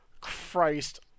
Christ